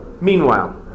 Meanwhile